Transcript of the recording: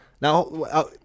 Now